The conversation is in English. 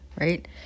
right